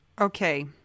Okay